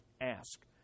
ask